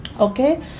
okay